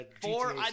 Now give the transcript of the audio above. Four